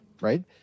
right